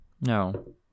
No